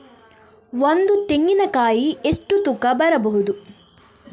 ಒಂದು ತೆಂಗಿನ ಕಾಯಿ ಎಷ್ಟು ತೂಕ ಬರಬಹುದು?